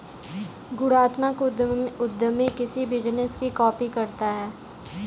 गुणात्मक उद्यमी किसी बिजनेस की कॉपी करता है